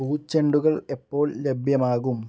പൂച്ചെണ്ടുകൾ എപ്പോൾ ലഭ്യമാകും